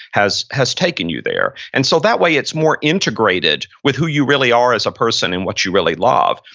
has has taken you there. and so, that way it's more integrated with who you really are as a person and what you really love.